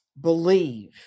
believe